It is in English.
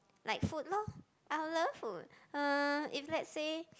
like food lor I would love food uh if let's say